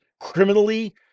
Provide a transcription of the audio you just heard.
criminally